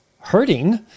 hurting